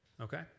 Okay